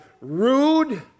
rude